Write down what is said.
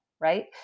right